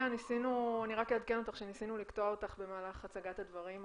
רק אעדכן אותך שניסינו לקטוע אותך במהלך הצגת הדברים.